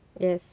yes